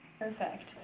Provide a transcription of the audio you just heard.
Perfect